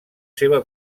seva